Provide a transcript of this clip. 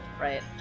right